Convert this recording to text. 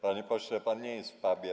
Panie pośle, pan nie jest w pubie.